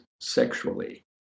sexually